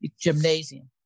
gymnasium